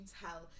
tell